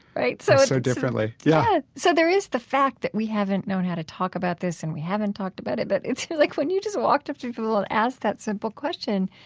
right? so so differently, yeah so there is the fact that we haven't known how to talk about this and we haven't talked about it, but like when you just walked up to people and asked that simple question,